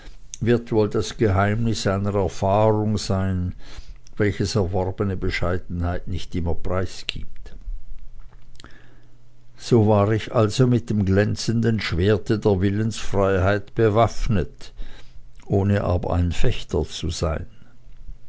wird wohl das geheimnis einer erfahrung sein welches erworbene bescheidenheit nicht immer preisgibt so war ich also mit dem glänzenden schwerte der willensfreiheit bewaffnet ohne aber ein fechter zu sein